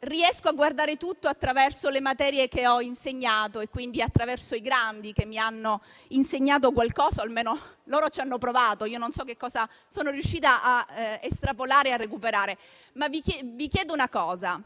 riesco a guardare tutto attraverso le materie che ho insegnato e quindi attraverso i grandi che mi hanno insegnato qualcosa. Almeno, loro ci hanno provato, io non so cosa sono riuscita a estrapolare e recuperare. Vi chiedo, però, una cosa.